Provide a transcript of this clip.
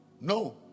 No